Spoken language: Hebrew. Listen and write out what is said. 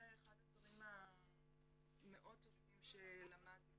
זה אחד הדברים המאוד טובים שלמדנו